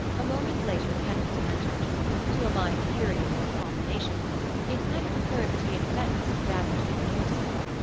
a moment later keniston entered to a mind curious in combinations it might have occurred that he had met mrs. davant on the door-step.